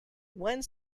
one